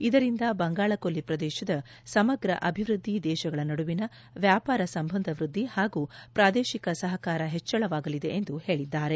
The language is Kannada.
ಇದರಿಂದ ಬಂಗಾಳಕೊಲ್ಲಿ ಪ್ರದೇಶದ ಸಮಗ್ರ ಅಭಿವೃದ್ದಿ ದೇಶಗಳ ನಡುವಿನ ವ್ಯಾಪಾರ ಸಂಬಂಧವ್ವದ್ದಿ ಹಾಗೂ ಪ್ರಾದೇಶಿಕ ಸಹಕಾರ ಹೆಚ್ಚಳವಾಗಲಿದೆ ಎಂದು ಹೇಳಿದ್ದಾರೆ